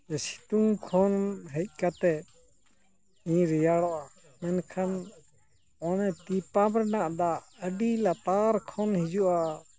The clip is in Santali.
ᱥᱤᱛᱩᱝ ᱠᱷᱚᱱ ᱦᱮᱡ ᱠᱟᱛᱮᱫ ᱤᱧ ᱨᱮᱭᱟᱲᱚᱜᱼᱟ ᱢᱮᱱᱠᱷᱟᱱ ᱚᱱᱮ ᱛᱤ ᱯᱟᱢᱯ ᱨᱮᱭᱟᱜ ᱫᱟᱜ ᱟᱹᱰᱤ ᱞᱟᱛᱟᱨ ᱠᱷᱚᱱ ᱦᱤᱡᱩᱜᱼᱟ